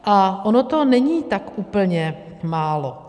A ono to není tak úplně málo.